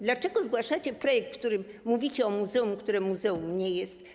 Dlaczego zgłaszacie projekt, w którym mówicie o muzeum, które muzeum nie jest?